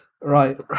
Right